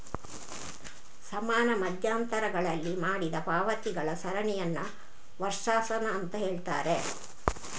ಸಮಾನ ಮಧ್ಯಂತರಗಳಲ್ಲಿ ಮಾಡಿದ ಪಾವತಿಗಳ ಸರಣಿಯನ್ನ ವರ್ಷಾಶನ ಅಂತ ಹೇಳ್ತಾರೆ